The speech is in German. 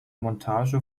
montage